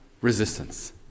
resistance